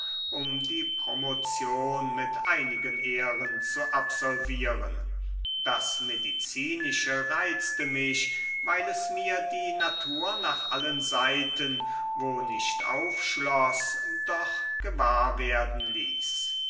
um die promotion mit einigen ehren zu absolvieren das medizinische reizte mich weil es mir die natur nach allen seiten wo nicht aufschloß doch gewahr werden ließ